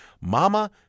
Mama